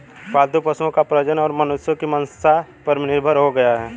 पालतू पशुओं का प्रजनन अब मनुष्यों की मंसा पर निर्भर हो गया है